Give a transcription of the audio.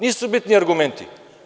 Nisu bitni argumenti.